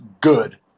good